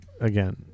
again